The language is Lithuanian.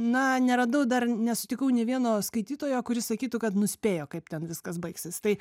na neradau dar nesutikau nė vieno skaitytojo kuris sakytų kad nuspėjo kaip ten viskas baigsis tai